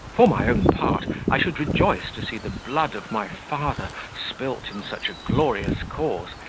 for my own part, i should rejoice to see the blood of my father spilt in such a glorious cause,